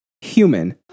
human